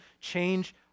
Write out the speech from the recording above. change